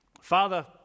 Father